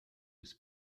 des